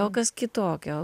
o kas kitokio